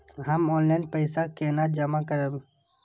हम ऑनलाइन पैसा केना जमा करब?